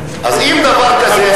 ואם יש דבר כזה,